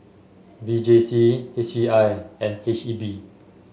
V J C H E I and H E B